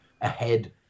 ahead